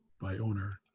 by owner,